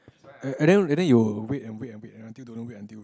and and then and then you'll wait and wait and wait and don't know wait until when